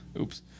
Oops